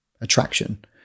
attraction